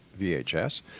VHS